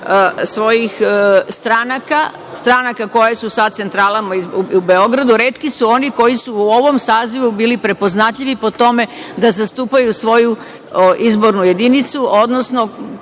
svojih stranaka, stranaka koje su sa centralama u Beogradu. Retki su oni koji su u ovom sazivu bili prepoznatljivi po tome da zastupaju svoju izbornu jedinicu. Primera